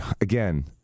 again